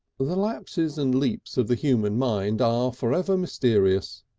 the lapses and leaps of the human mind are for ever mysterious.